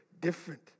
different